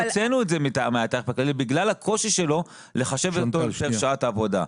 בגלל הקושי שלו לחשב שעת עבודה.